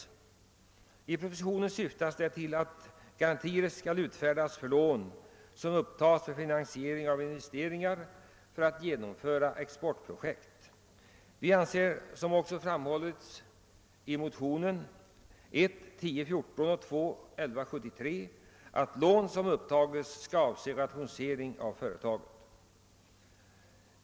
Förslagen i propositionen syftar till att garantier skall utfärdas för lån som upptas för finansiering av investeringar för att genomföra exportprojekt. Vi anser, som också framhållits i motionerna I: 1014 och II: 1173, att lån som upptas skall avse rationalisering av företaget.